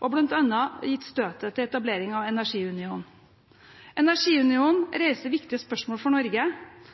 og bl.a. gitt støtet til etablering av energiunionen. Energiunionen reiser viktige spørsmål for Norge,